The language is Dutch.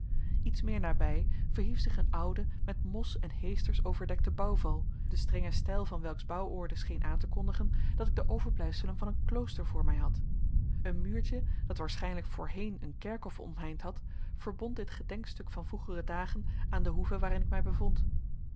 iets meer nabij verhief zich een oude met mos en heesters overdekte bouwval de strenge stijl van welks bouworde scheen aan te kondigen dat ik de overblijfselen van een klooster voor mij had een muurtje dat waarschijnlijk voorheen een kerkhof omheind had verbond dit gedenkstuk van vroegere dagen aan de hoeve waarin ik mij bevond